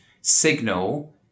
signal